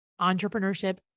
Entrepreneurship